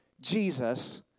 Jesus